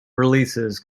releases